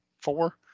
four